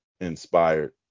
inspired